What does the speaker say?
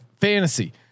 Fantasy